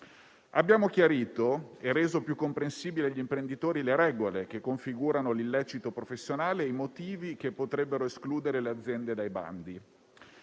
Abbiamo chiarito e reso più comprensibili agli imprenditori le regole che configurano l'illecito professionale e i motivi che potrebbero escludere le aziende dai bandi.